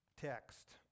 text